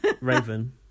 Raven